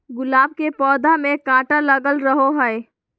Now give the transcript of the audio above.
गुलाब के पौधा में काटा लगल रहो हय